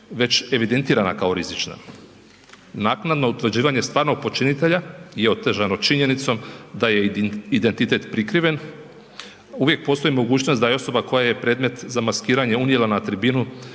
već evidentirana kao rizična. Naknadno utvrđivanje stvarnog počinitelja je otežano činjenicom da je identitet prikriven. Uvijek postoji mogućnost da je osoba koja je predmet za maskiranje unijela na tribinu